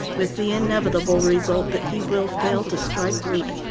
with the inevitable result that he will fail to strike root.